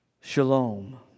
Shalom